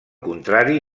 contrari